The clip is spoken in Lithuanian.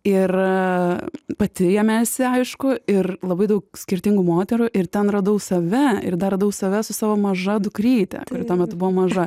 ir pati jame ėsi aišku ir labai daug skirtingų moterų ir ten radau save ir dar radau save su savo maža dukryte kuri tuomet buvo maža